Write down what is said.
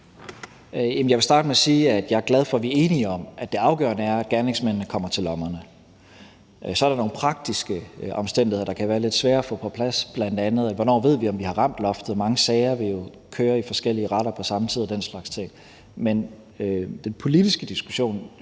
Jeg vil starte med at sige, at jeg er glad for, at vi er enige om, at det afgørende er, at gerningsmændene kommer til lommerne. Så er der nogle praktiske omstændigheder, der kan være lidt svære at få på plads, bl.a. med hensyn til hvornår vi ved, om vi har ramt loftet. Mange sager vil jo køre i forskellige retter på samme tid og den slags ting. Men den politiske diskussion,